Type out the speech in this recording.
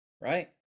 right